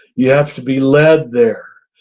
you have to be led there.